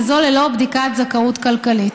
וזאת ללא בדיקת זכאות כלכלית.